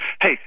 Hey